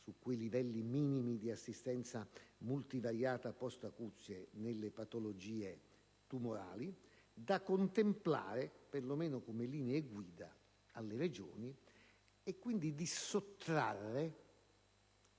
su quei livelli minimi di assistenza multivariata *post* acuzie nelle patologie tumorali, da contemplare, perlomeno come linee guida, alle Regioni, e quindi di sottrarre